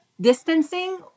distancing